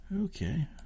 Okay